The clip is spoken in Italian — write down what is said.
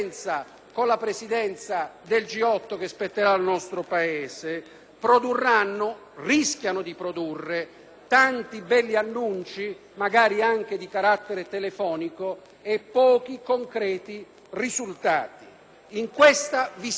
tanti begli annunci, magari anche di carattere telefonico, e pochi concreti risultati. In questa visione, abbiamo collocato le questioni poste nell'ordine del giorno proposto dal nostro Gruppo